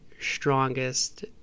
strongest